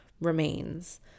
remains